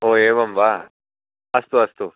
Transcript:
ओ एवं वा अस्तु अस्तु